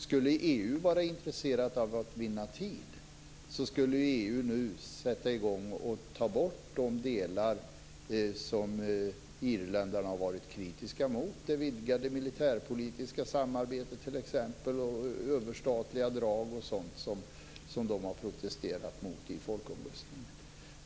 Skulle EU vara intresserad av att vinna tid skulle EU nu sätta i gång och ta bort de delar som irländarna har varit kritiska mot, t.ex. det vidgade militärpolitiska samarbetet, överstatliga drag och sådant som de har protesterat mot i folkomröstningen.